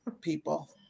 people